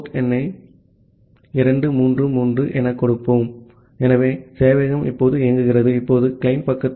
ஆகவே இங்கே சேவையக அட்ரஸ் வழங்கப்படுகிறது ஆகவே அதுதான் பின்னர் இங்கே தரவை அச்சிடுகிறோம் அதுதான் கிளையன்ட் பக்க குறியீடு